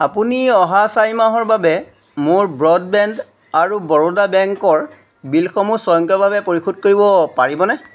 আপুনি অহা চাৰি মাহৰ বাবে মোৰ ব্ৰডবেণ্ড আৰু বৰোদা বেংকৰ বিলসমূহ স্বয়ংক্ৰিয়ভাৱে পৰিশোধ কৰিব পাৰিবনে